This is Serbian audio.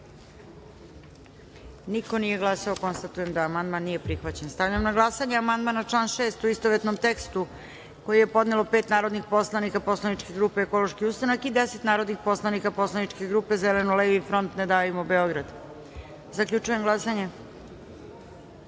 niko nije glasao. Konstatujem da amandman nije prihvaćen. Stavljam na glasanje amandman na član 6. u istovetnom tekstu koji je podnelo pet narodnih poslanika poslaničke grupe Ekološki ustanak i 10 narodnih poslanika poslaničke grupe Zeleno-levi front - Ne davimo Beograd. Zaključujem glasanje: